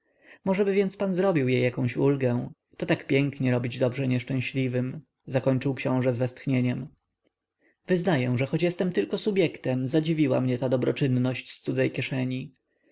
możeby więc pan zrobił jej jakąś ulgę to tak pięknie robić dobrze nieszczęśliwym zakończył książe z westchnieniem wyznaję że choć jestem tylko subjektem zadziwiła mnie ta dobroczynność z cudzej kieszeni